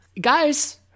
guys